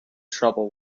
trouble